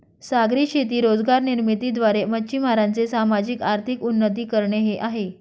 सागरी शेती रोजगार निर्मिती द्वारे, मच्छीमारांचे सामाजिक, आर्थिक उन्नती करणे हे आहे